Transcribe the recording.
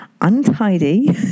untidy